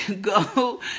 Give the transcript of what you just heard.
go